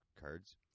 cards